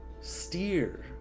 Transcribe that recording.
steer